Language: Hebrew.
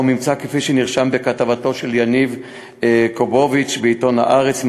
ממצא כפי שנרשם בכתבתו של יניב קובוביץ בעיתון "הארץ"